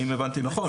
האם הבנתי נכון?